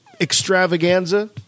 extravaganza